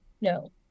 no